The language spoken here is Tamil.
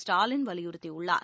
ஸ்டாலின் வலியுறுத்தியுள்ளார்